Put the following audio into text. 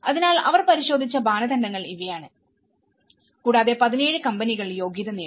അതിനാൽ അവർ പരിശോധിച്ച മാനദണ്ഡങ്ങൾ ഇവയാണ് കൂടാതെ 17 കമ്പനികൾ യോഗ്യത നേടി